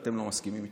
ואתם לא מסכימים איתי,